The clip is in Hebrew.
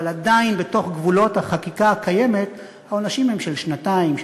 אבל עדיין בתוך גבולות החקיקה הקיימת העונשים הם של שנתיים,